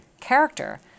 character